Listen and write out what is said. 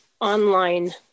online